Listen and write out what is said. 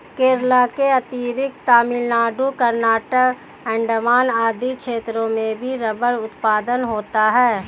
केरल के अतिरिक्त तमिलनाडु, कर्नाटक, अण्डमान आदि क्षेत्रों में भी रबर उत्पादन होता है